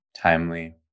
timely